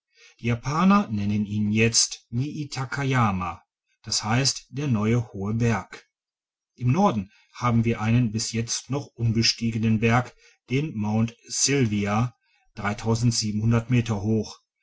die japaner nennen ihn jetzt niitakayama d h der neue hohe berg im norden haben wir einen bis jetzt noch unbestiegenen berg den mae via meter hoch